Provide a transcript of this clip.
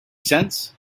cents